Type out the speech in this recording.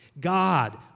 God